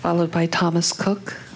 followed by thomas cook